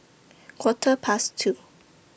Quarter Past two